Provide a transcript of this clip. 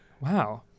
Wow